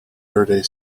verde